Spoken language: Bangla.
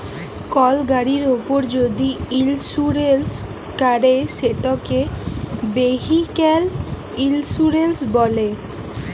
কল গাড়ির উপর যদি ইলসুরেলস ক্যরে সেটকে ভেহিক্যাল ইলসুরেলস ব্যলে